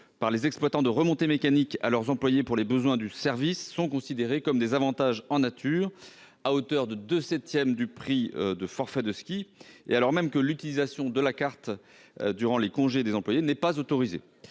par les exploitants de remontées mécaniques à leurs employés pour les besoins du service sont considérées comme des avantages en nature, à hauteur de deux septièmes du prix du forfait de ski, et ce, alors même que l'utilisation de la carte durant les congés des employés n'est pas autorisée.